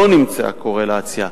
לא נמצאה קורלציה.